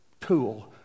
tool